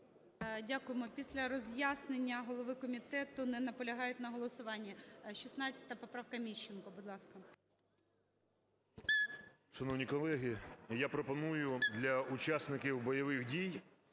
Дякуємо. Після роз'яснення голови комітету не наполягають на голосуванні. 16 поправка. Міщенко, будь ласка.